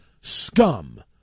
scum